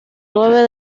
nueve